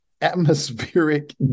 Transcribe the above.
atmospheric